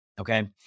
okay